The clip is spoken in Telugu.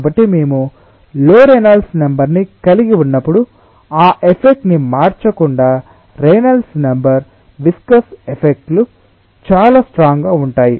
కాబట్టి మేము లో రేనాల్డ్స్ నెంబర్ ని కలిగి ఉన్నప్పుడు ఆ ఎఫెక్ట్ ని మార్చకుండా రేనాల్డ్స్ నెంబర్ విస్కస్ ఎఫెక్ట్స్ చాల స్ట్రాంగ్ గా ఉంటాయి